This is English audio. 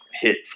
hit